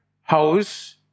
house